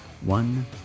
one